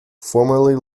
formerly